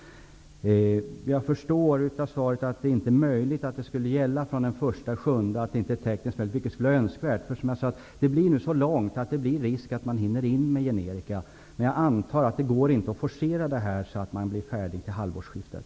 Jag förstår av svaret att det inte är möjligt att det kan gälla redan från den 1 juli. Det skulle vara önskvärt, men det är inte tekniskt möjligt. Det går nu så lång tid att det finns risk för att generika hinner komma in på marknaden. Men jag antar att det inte går att forcera processen så att man blir färdig till halvårsskiftet.